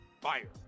Fire